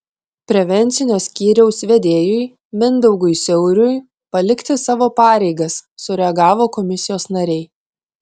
prevencinio skyriaus vedėjui mindaugui siauriui palikti savo pareigas sureagavo komisijos nariai